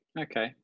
Okay